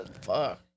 Fuck